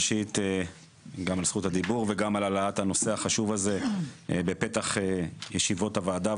גם על זכות הדיבור וגם על העלאת הנושא החשוב הזה בפתח ישיבות הוועדה.